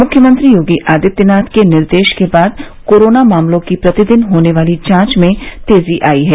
मुख्यमंत्री योगी आदित्यनाथ के निर्देश के बाद कोरोना मामलों की प्रतिदिन होने वाली जांच में तेजी आयी है